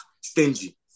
stingy